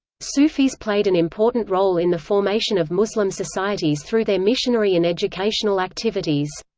sufis played an important role in the formation of muslim societies through their missionary and educational activities.